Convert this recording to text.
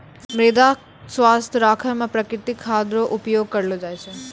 मृदा स्वास्थ्य राखै मे प्रकृतिक खाद रो उपयोग करलो जाय छै